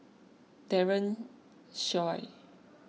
Daren Shiau